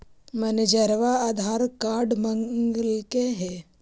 मैनेजरवा आधार कार्ड मगलके हे?